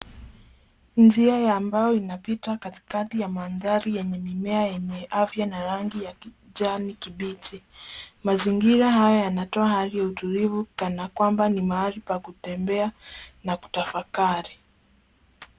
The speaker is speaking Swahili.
Njia ya mbao inapita katikati ya mandhari yenye mimea yenye afya na rangi ya kijani kibichi. Mazingira haya yanatoa hali ya utulivu kana kwamba ni mahali pa kutembea na kutafakari.